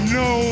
no